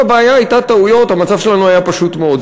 אם הבעיה הייתה טעויות, המצב שלנו היה פשוט מאוד.